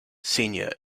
senior